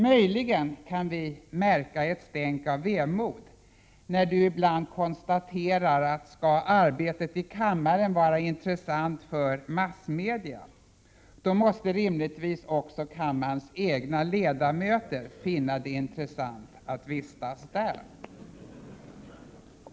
Möjligen kan vi märka ett stänk av vemod när Du ibland konstaterar, att om arbetet i kammaren skall vara intressant för massmedia, då måste rimligtvis också kammarens egna ledamöter finna det intressant att vistas där.